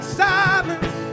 silence